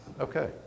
Okay